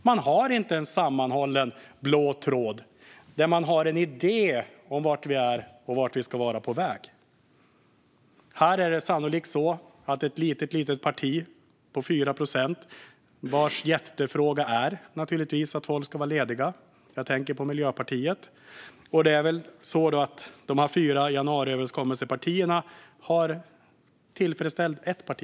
Man har inte en sammanhållen blå tråd, där man har en idé om var vi är och vart vi ska vara på väg. Ett litet parti på 4 procent har som hjärtefråga att människor ska vara lediga - jag tänker på Miljöpartiet. Det är väl så att januariöverenskommelsepartierna har tillfredsställt ett parti.